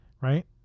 right